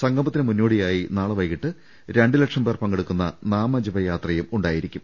സംഗമത്തിന് മുന്നോടിയായി നാളെ വൈകീട്ട് രണ്ടുലക്ഷംപേർ പങ്കെടുക്കുന്ന നാമജപയാത്രയും ഉണ്ടാകും